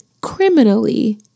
criminally